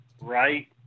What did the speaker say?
right